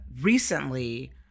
recently